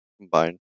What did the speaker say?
combined